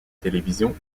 télévision